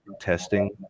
testing